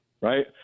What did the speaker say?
right